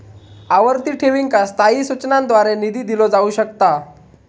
आवर्ती ठेवींका स्थायी सूचनांद्वारे निधी दिलो जाऊ शकता